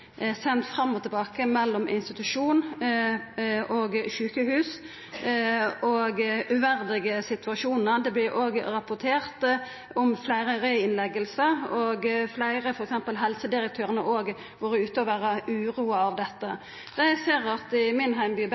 fram og tilbake mellom institusjon og sjukehus, og om uverdige situasjonar. Det vert òg rapportert om fleire reinnleggingar. Fleire – bl.a. helsedirektøren – har vorte uroa av dette. Eg ser at i min heimby,